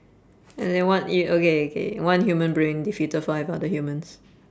ya they one yo~ okay okay one human brain defeated five other humans